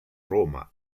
roma